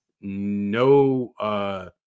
no –